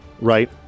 right